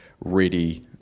ready